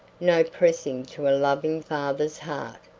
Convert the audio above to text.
no pressing to a loving father's heart.